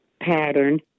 pattern